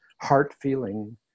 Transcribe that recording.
heart-feeling